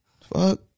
Fuck